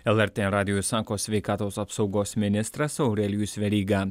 lrt radijui sako sveikatos apsaugos ministras aurelijus veryga